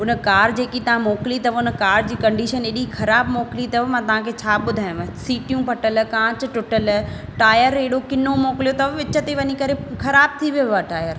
उन कार जेकी तव्हां मोकिली अथव उन कार जी कंडिशन अहिड़ी ख़राबु मोकिली अथव मां तव्हां खे छा ॿुधायांव सिटियूं फटल कांच टुटल टायर हेड़ो किनो मोकिलियो अथव विच ते वञी करे ख़राबु थी वियो टायर